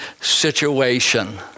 situation